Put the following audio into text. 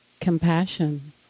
compassion